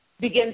begin